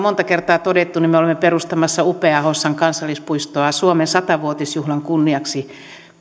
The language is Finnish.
monta kertaa todettu me olemme perustamassa upeaa hossan kansallispuistoa suomen sata vuotisjuhlan kunniaksi